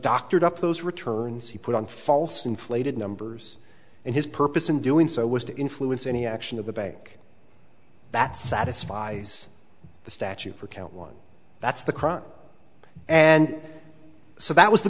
doctored up those returns he put on false inflated numbers and his purpose in doing so was to influence any action of the bank that satisfies the statute for count one that's the crime and so that was the